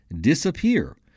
disappear